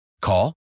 Call